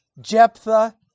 Jephthah